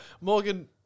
Morgan